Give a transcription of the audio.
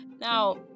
Now